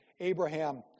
Abraham